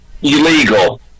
illegal